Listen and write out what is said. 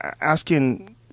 asking